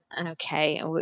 Okay